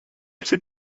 sit